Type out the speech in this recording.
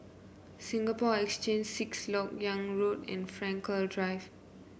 Singapore Exchange Sixth LoK Yang Road and Frankel Drive